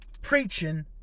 preaching